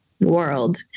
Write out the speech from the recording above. world